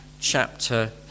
chapter